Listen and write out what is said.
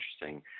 interesting